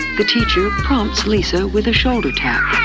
the teacher prompts lisa with a shoulder tap.